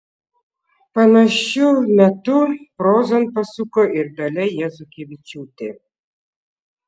panašiu metu prozon pasuko ir dalia jazukevičiūtė